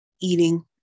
eating